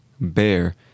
bear